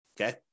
okay